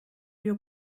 your